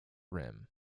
rim